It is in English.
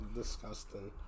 disgusting